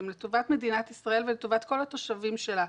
הן לטובת מדינת ישראל ולטובת כל התושבים שלה.